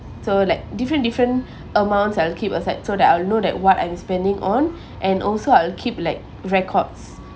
so like different different amounts I'll keep aside so that I'll know that what I'm spending on and also I'll keep like records